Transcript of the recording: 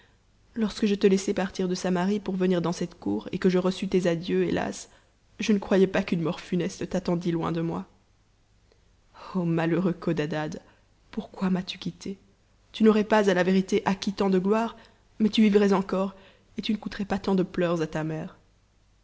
lorsque je te laissai partir de samarie pour venir dans cette cour et que je reçus tes adieux hélas je ne croyais pas qu'une mort funeste t'attendit loin de moi malheureux codadad pourquoi m'as-tu quittée tu n'aurais pas à la vérité acquis tant de gloire mais tu vivrais encore et tu ne coûterais pas tant de pleurs à ta mère